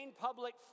public